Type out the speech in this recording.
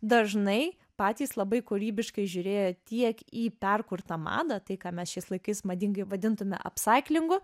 dažnai patys labai kūrybiškai žiūrėję tiek į perkurtą madą tai ką mes šiais laikais madingai vadintume apsaiklingu